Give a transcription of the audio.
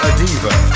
Adiva